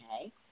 okay